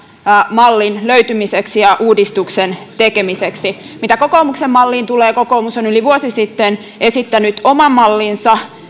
mallin löytymiseksi ja uudistuksen tekemiseksi mitä kokoomuksen malliin tulee kokoomus on yli vuosi sitten esittänyt oman mallinsa